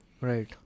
Right